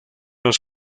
los